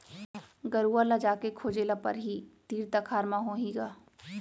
गरूवा ल जाके खोजे ल परही, तीर तखार म होही ग